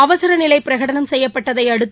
அவசர நிலை பிரகடனம் செய்யப்பட்டதை அடுத்து